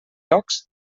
llocs